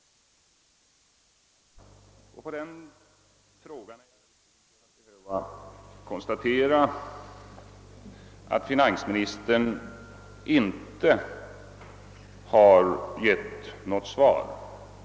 Jag är ledsen att behöva konstatera att finansministern inte har svarat på den frågan.